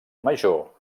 major